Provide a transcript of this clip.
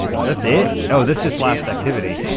that's it. oh this just last activity.